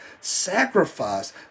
sacrifice